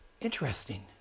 Interesting